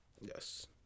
Yes